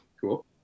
Cool